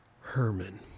Herman